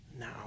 No